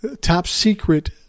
Top-secret